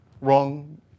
wrong